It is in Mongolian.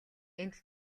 энд